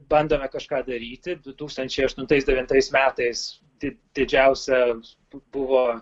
bandome kažką daryti du tūkstančiai aštuntais devintais metais tai didžiausia buvo